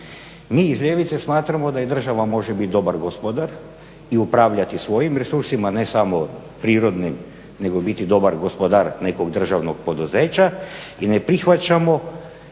Mi iz ljevice smatramo da i država može biti dobar gospodar i upravljati svojim resursima, ne samo prirodnim, nego biti dobar gospodar nekog državnog poduzeća i ne prihvaćamo